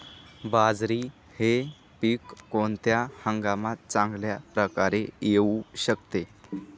बाजरी हे पीक कोणत्या हंगामात चांगल्या प्रकारे येऊ शकते?